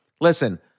listen